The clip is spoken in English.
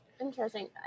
Interesting